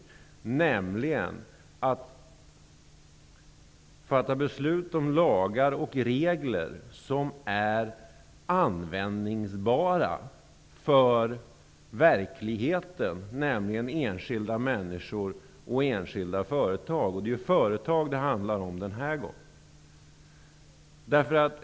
Det handlar om att man skall fatta beslut om lagar och regler som är användningsbara för verkligheten -- enskilda människor och företag. Det handlar om företag den här gången.